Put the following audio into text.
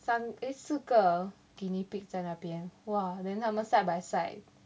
三 eh 四个 guinea pig 在那边 !wah! then 他们 side by side